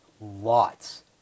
lots